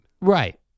Right